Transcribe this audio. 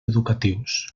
educatius